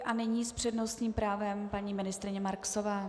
A nyní s přednostním právem paní ministryně Marksová.